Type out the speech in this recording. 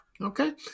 Okay